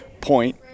point